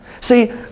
See